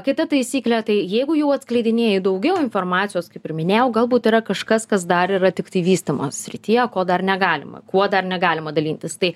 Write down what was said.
kita taisyklė tai jeigu jau atskleidinėti daugiau informacijos kaip ir minėjau galbūt yra kažkas kas dar yra tiktai vystymo srityje ko dar negalima kuo dar negalima dalintis tai